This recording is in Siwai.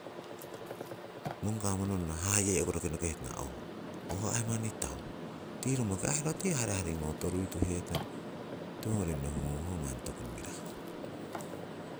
mongka mononro haye'ku roki nokihetana ooh hoho aii manni tau, tii romoki roti harihairngo toruituhetana, tiwongori nohungung, ho manni toku mirahu.